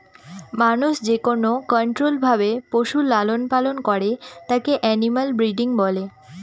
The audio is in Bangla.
মানুষ যেকোনো কন্ট্রোল্ড ভাবে পশুর লালন পালন করে তাকে এনিম্যাল ব্রিডিং বলে